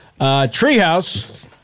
Treehouse